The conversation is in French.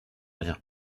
rien